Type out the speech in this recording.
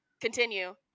continue